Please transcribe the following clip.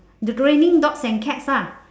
the raining dogs and cats lah